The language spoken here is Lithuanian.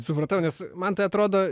supratau nes man tai atrodo